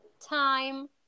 time